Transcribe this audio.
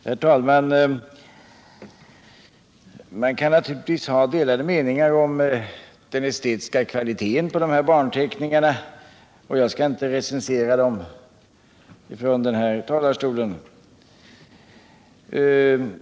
Herr talman! Man kan naturligtvis ha delade meningar om den estetiska kvaliteten på dessa barnteckningar, och jag skall inte recensera dem från den här talarstolen.